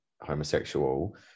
homosexual